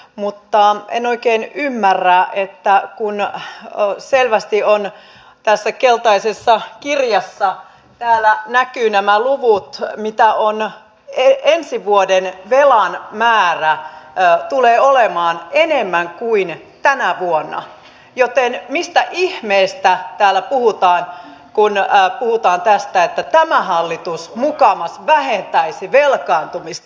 mutta en oikein ymmärrä kun selvästi tässä keltaisessa kirjassa näkyvät nämä luvut että ensi vuoden velan määrä tulee olemaan enemmän kuin tänä vuonna mistä ihmeestä täällä puhutaan kun puhutaan tästä että tämä hallitus mukamas vähentäisi velkaantumista